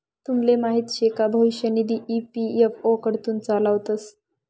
तुमले माहीत शे का भविष्य निधी ई.पी.एफ.ओ कडथून चालावतंस